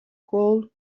gold